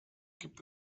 gibt